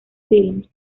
films